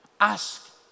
Ask